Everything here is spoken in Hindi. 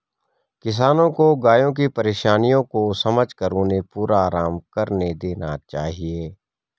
किसानों को गायों की परेशानियों को समझकर उन्हें पूरा आराम करने देना चाहिए